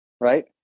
right